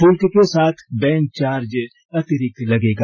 शुल्क के साथ बैंक चार्ज अतिरिक्त लगेगा